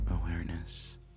awareness